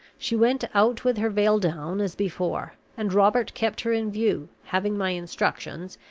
she went out with her veil down as before and robert kept her in view, having my instructions,